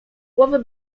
głowy